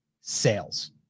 sales